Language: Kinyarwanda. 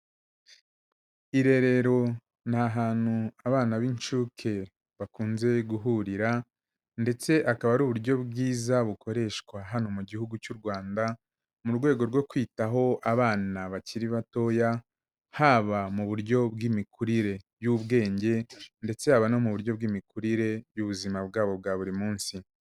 Irerero ni ahantu abana b'incuke bakunze guhurira, ndetse akaba ari uburyo bwiza bukoreshwa hano mu gihugu cy'u Rwanda, mu rwego rwo kwitaho abana bakiri batoya; haba mu buryo bw'imikurire y'ubwenge, ndetse habona no mu buryo bw'imikurire y'ubuzima bwabo bwa buri munsi.